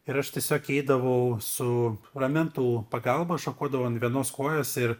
ir aš tiesiog eidavau su ramentų pagalba šokuodavau ant vienos kojos ir